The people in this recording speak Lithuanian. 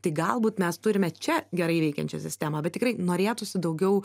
tik galbūt mes turime čia gerai veikiančią sistemą bet tikrai norėtųsi daugiau